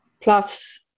Plus